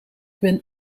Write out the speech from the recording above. ben